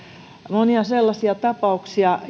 on monia sellaisia tapauksia